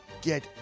get